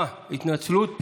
אוסאמה, התנצלות.